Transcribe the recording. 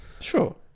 Sure